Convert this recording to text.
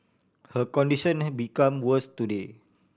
her condition had become worse today